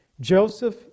joseph